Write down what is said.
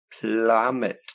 Plummet